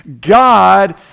God